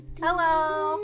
Hello